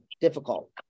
difficult